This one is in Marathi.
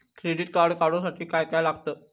क्रेडिट कार्ड काढूसाठी काय काय लागत?